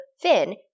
Finn